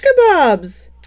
kebabs